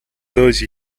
those